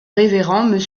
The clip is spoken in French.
révérend